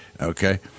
okay